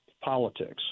politics